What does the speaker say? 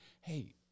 hey